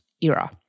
era